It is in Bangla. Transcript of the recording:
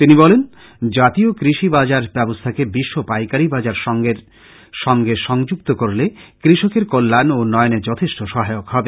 তিনি বলেন জাতীয় কৃষি বাজার ব্যবস্থাকে বিশ্ব পাইকারী বাজার সংঘের সংগে সংযুক্ত করলে কৃষকদের কল্যান ও উন্নয়নে যথেষ্ট সহায়ক হবে